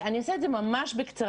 אני אעשה את זה ממש בקצרה,